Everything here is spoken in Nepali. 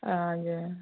हजुर